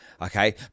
Okay